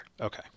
okay